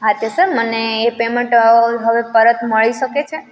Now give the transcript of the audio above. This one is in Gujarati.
હા તે સર મને એ પેમેન્ટ હવે પરત મળી શકે છે